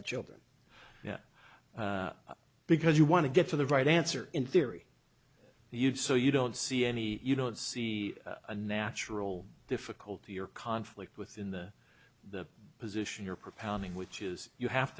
the children because you want to get to the right answer in theory you've so you don't see any you don't see a natural difficulty or conflict within the the position you're propounding which is you have